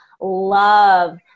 love